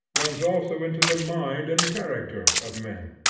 runs also into the mind and character of men.